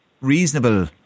reasonable